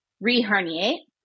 re-herniate